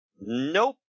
Nope